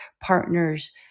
partner's